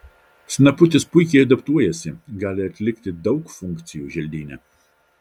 snaputis puikiai adaptuojasi gali atlikti daug funkcijų želdyne